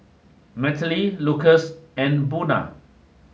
Nataly Lucas and Buna